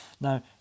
Now